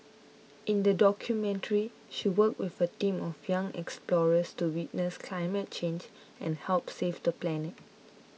in the documentary she worked with a team of young explorers to witness climate change and help save the planet